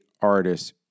artists